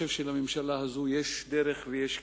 שלממשלה הזאת יש דרך ויש כיוון.